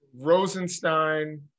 Rosenstein